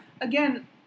again